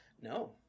No